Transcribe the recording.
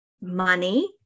money